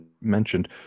mentioned